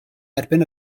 erbyn